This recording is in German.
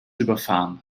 überfahren